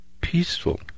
peaceful